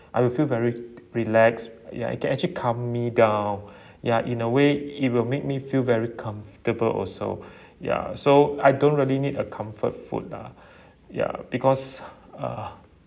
I will feel very relax ya it can actually calm me down ya in a way it will make me feel very comfortable also ya so I don't really need a comfort food lah ya because uh